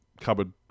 cupboard